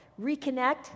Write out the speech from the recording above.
reconnect